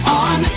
on